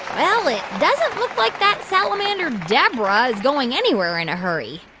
well, it doesn't look like that salamander, deborah, is going anywhere in a hurry.